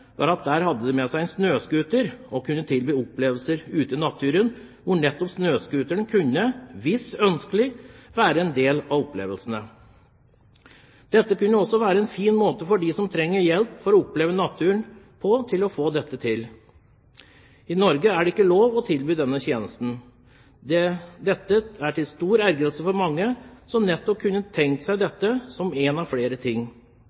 at de hadde med seg en snøscooter. De kunne tilby opplevelser ute i naturen, hvor nettopp snøscooteren, hvis ønskelig, kunne være en del av opplevelsen. Det kan også være en fin måte å oppleve naturen på for dem som trenger hjelp for å få dette til. I Norge er det ikke lov å tilby denne tjenesten. Dette er til stor ergrelse for mange, som nettopp kunne tenkt seg dette som en av flere ting.